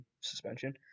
suspension